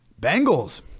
Bengals